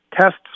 tests